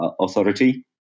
Authority